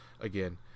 again